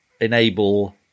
enable